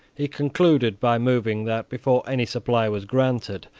he concluded by moving that, before any supply was granted,